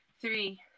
three